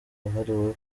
wahariwe